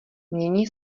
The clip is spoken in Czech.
mění